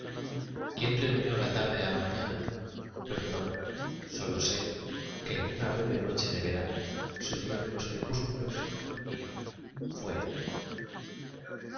quién reunió la tarde á la mañana lo ignoro sólo sé que en una breve noche de verano se unieron los crepúsculos y fué